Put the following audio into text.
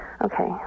Okay